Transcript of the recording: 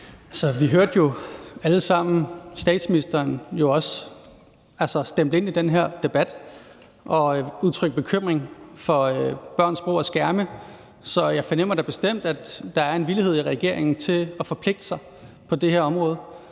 Vi hørte jo alle sammen, at statsministeren også stemplede ind i den her debat og udtrykte bekymring for børns brug af skærme. Så jeg fornemmer da bestemt, at der er en villighed i regeringen til at forpligte sig på det her område.